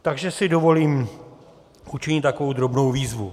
Takže si dovolím učinit takovou drobnou výzvu.